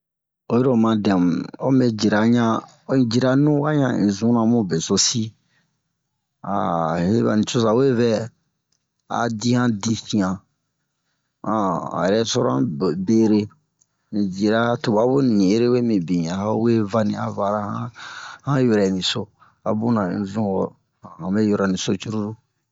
Oyi ro oma dɛmu ho me jira ɲan o in jira nu wa ɲan in zuna mu besosi a he ba nicoza we vɛ a di han disian um han rɛstoran bere un jira tubabu ni ere we mibin a ho we va ni a vara han han yoro'e so a buna un zun ho han hanbe yoroni so cruru